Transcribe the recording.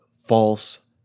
false